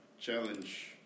Challenge